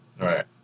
Right